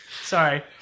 Sorry